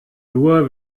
nur